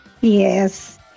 yes